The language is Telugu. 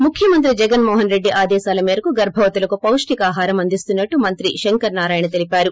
ముఖ్వమంత్రి జగన్మోహన్ రెడ్డి ఆదేశాల మేరకు గర్పవతులకు పాష్షికాహారం అందిస్తున్నట్లు మంత్రి శంకర నారాయణ తెల్పారు